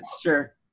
sure